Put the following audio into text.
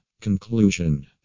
Conclusion